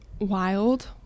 wild